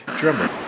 drummer